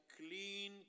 clean